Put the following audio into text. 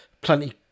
plenty